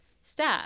step